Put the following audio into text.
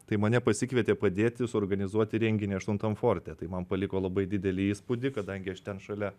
tai mane pasikvietė padėti suorganizuoti renginį aštuntam forte tai man paliko labai didelį įspūdį kadangi aš ten šalia